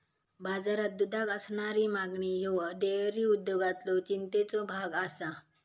बाजारात दुधाक असणारी मागणी ह्यो डेअरी उद्योगातलो चिंतेचो भाग आसा